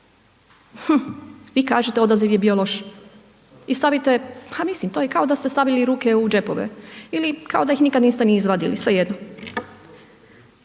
vi kažete odaziv je bio loš i stavite, pa mislim to je i kao da ste stavili ruke u džepove ili kao da ih nikada niste ni izvadili, svejedno.